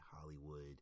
Hollywood